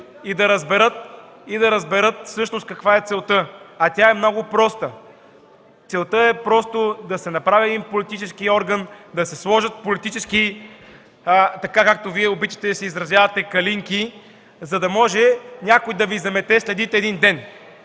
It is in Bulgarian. и да разберат всъщност каква е целта. А тя е много проста – целта е да се направи един политически орган, да се сложат политически, както Вие обичате да се изразявате, „калинки”, за да може някой да Ви замете следите един ден.